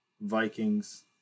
Vikings